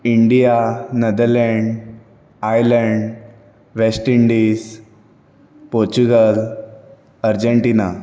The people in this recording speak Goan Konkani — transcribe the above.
India Netherland Ireland West Indies Portugal Argentina